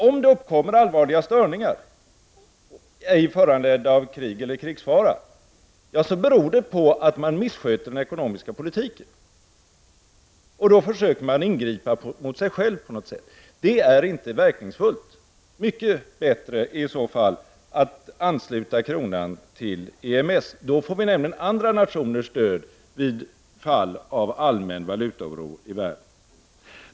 Om det uppkommer allvarliga störningar, ej föranledda av krig eller krigsfara, beror det på att man missköter den ekonomiska politiken, och då försöker på något sätt ingripa mot sig själv. Det är inte verkningsfullt. Det är i så fall mycket bättre att ansluta kronan till EMS — då får vi nämligen andra nationers stöd i fall av allmän valutaoro i världen.